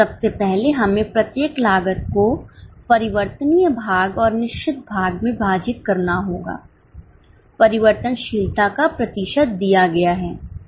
सबसे पहले हमें प्रत्येक लागत को परिवर्तनीय भाग और निश्चित भाग में विभाजित करना होगा परिवर्तनशीलता का प्रतिशत दिया गया है